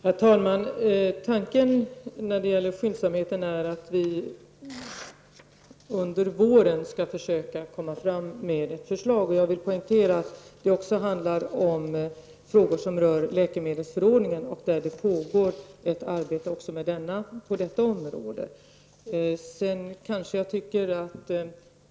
Herr talman! Tanken när det gäller skyndsamheten är att vi under våren skall försöka komma fram med ett förslag. Jag vill poängtera att det även handlar om frågor som rör läkemedelsförordningen. På det området pågår också ett arbete.